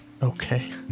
Okay